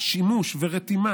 השימוש ורתימת